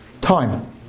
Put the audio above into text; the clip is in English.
time